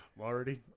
Already